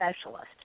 specialist